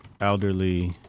elderly